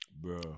Bro